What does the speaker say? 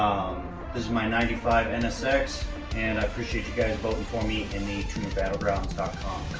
this is my ninety five nsx and i appreciate you guys voting for me in the tunerbattlegrounds dot